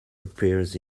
appears